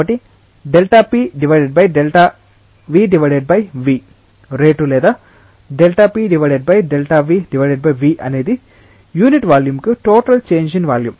కాబట్టి Δp Δ𝜐 𝜐 rate లేదా Δp Δ𝜐 𝜐 అనేది యూనిట్ వాల్యూమ్కు టోటల్ చేంజ్ ఇన్ వాల్యూం